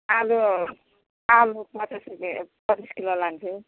आलु आलु पचास रुपियाँ पच्चिस किलो लान्छु